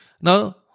Now